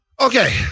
Okay